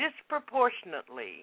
disproportionately